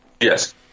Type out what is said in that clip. yes